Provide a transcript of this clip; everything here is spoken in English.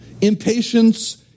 Impatience